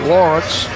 Lawrence